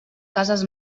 cases